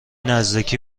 نزدیکی